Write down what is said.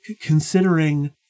considering